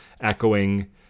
echoing